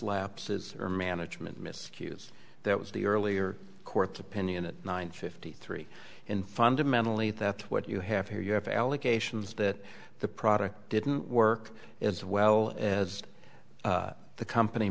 lapses or management miscues that was the earlier court's opinion at nine fifty three in fundamentally that what you have here you have allegations that the product didn't work as well as the company